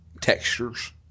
textures